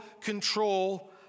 control